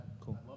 Cool